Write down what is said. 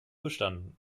bestanden